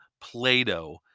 Plato